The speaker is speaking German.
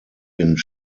den